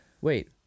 Wait